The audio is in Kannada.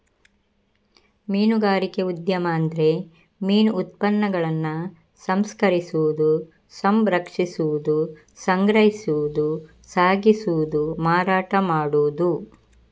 ಮೀನುಗಾರಿಕೆ ಉದ್ಯಮ ಅಂದ್ರೆ ಮೀನು ಉತ್ಪನ್ನಗಳನ್ನ ಸಂಸ್ಕರಿಸುದು, ಸಂರಕ್ಷಿಸುದು, ಸಂಗ್ರಹಿಸುದು, ಸಾಗಿಸುದು, ಮಾರಾಟ ಮಾಡುದು